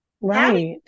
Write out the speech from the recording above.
Right